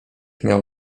miał